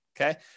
Okay